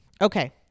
Okay